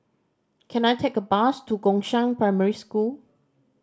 can I take a bus to Gongshang Primary School